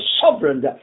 sovereign